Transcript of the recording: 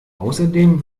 außerdem